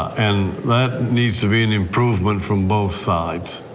and that needs to be an improvement from both sides,